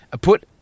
put